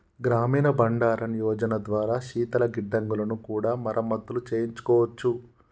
గ్రామీణ బండారన్ యోజన ద్వారా శీతల గిడ్డంగులను కూడా మరమత్తులు చేయించుకోవచ్చు